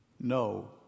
no